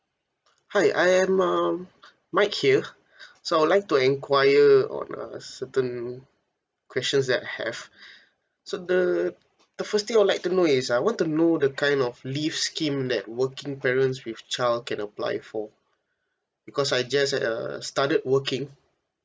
hi I am um mike here so I would like to enquire on uh certain questions that I have so the the first thing I would like to know is I want to know the kind of leaves scheme that working parents with child can apply for because I just uh started working